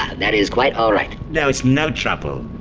that is quite alright. no it's no trouble!